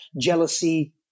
jealousy